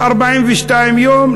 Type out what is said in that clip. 42 יום,